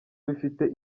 bifite